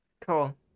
Cool